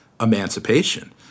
emancipation